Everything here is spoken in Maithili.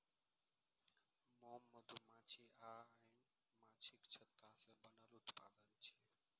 मोम मधुमाछी आ आन माछीक छत्ता सं बनल उत्पाद छियै